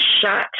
shot